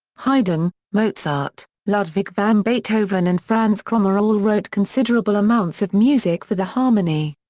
haydn, mozart, ludwig van beethoven and franz krommer all wrote considerable amounts of music for the harmonie.